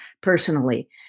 Personally